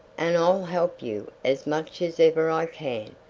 and i'll help you as much as ever i can.